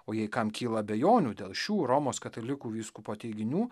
o jei kam kyla abejonių dėl šių romos katalikų vyskupo teiginių